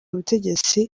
ubutegetsi